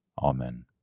Amen